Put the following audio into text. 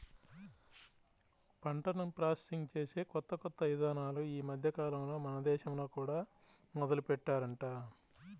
పంటను ప్రాసెసింగ్ చేసే కొత్త కొత్త ఇదానాలు ఈ మద్దెకాలంలో మన దేశంలో కూడా మొదలుబెట్టారంట